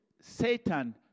Satan